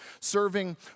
serving